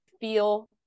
feel